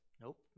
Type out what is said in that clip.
Nope